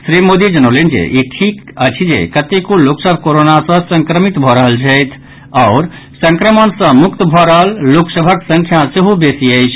श्री मोदी जनौलनि जे ई ठीक अछि जे कतेको लोकसभ कोरोना सॅ संक्रमित भऽ रहल छथि आओर संक्रमण सॅ मुक्त भऽ रहल लोकासभक संख्या सेहो बेसी अछि